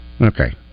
Okay